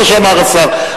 זה מה שאמר השר.